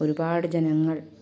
ഒരുപാട് ജനങ്ങൾ